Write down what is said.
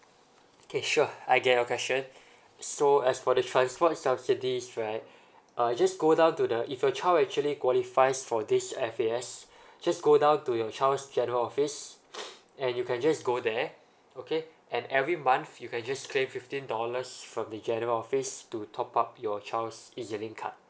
okay sure I get your question so as for the transport subsidies right uh just go down to the if your child actually qualifies for this F_A_S just go down to your child's general office and you can just go there okay and every month you can just claim fifteen dollars from the general office to top up your child's ezlink card